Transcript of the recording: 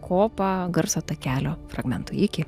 kopa garso takelio fragmentui iki